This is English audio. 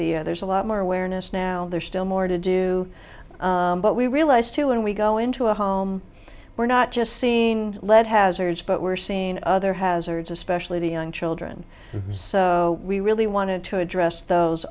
the there's a lot more awareness now there's still more to do but we realised when we go into a home we're not just seeing lead hazards but we're seeing other hazards especially to young children so we really wanted to address those